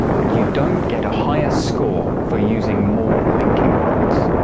but you don't get a higher score for using more linking words.